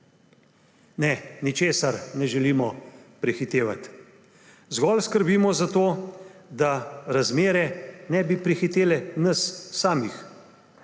Ne, ničesar ne želimo prehitevati. Zgolj skrbimo za to, da razmere ne bi prehitele nas samih.